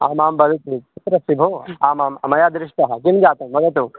आमां वदतु कुत्र अस्ति भोः आमां मया दृष्टः किं जातं वदतु